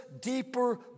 deeper